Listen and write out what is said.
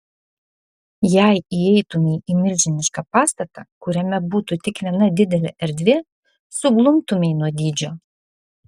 jei įeitumei į milžinišką pastatą kuriame būtų tik viena didelė erdvė suglumtumei nuo dydžio